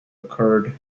occurred